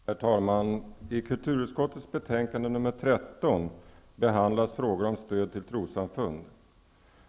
Herr talman! I kulturutskottets betänkande nr 13 behandlas frågor om stöd till trossamfund.